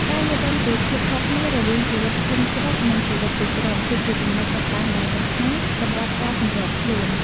ការយល់ដឹងពីភាពខុសគ្នារវាងជីវិតភូមិស្រុក និងជីវិតទីក្រុង គឺជាចំណុចចាប់ផ្តើមដ៏សំខាន់សម្រាប់ការសម្របខ្លួន។